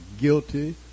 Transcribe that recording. guilty